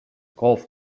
golf